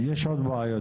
יש עוד בעיות,